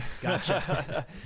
Gotcha